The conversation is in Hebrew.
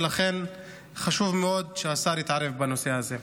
ולכן חשוב מאוד שהשר יתערב בנושא הזה.